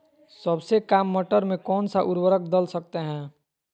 सबसे काम मटर में कौन सा ऊर्वरक दल सकते हैं?